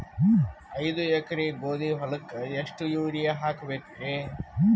ಐದ ಎಕರಿ ಗೋಧಿ ಹೊಲಕ್ಕ ಎಷ್ಟ ಯೂರಿಯಹಾಕಬೆಕ್ರಿ?